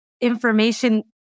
information